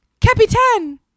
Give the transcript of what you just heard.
Capitan